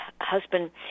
husband